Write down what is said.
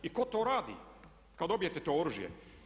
I tko to radi kad dobijete to oružje?